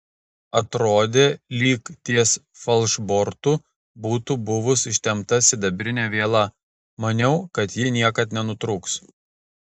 atrodė lyg ties falšbortu būtų buvus ištempta sidabrinė viela maniau kad ji niekad nenutrūks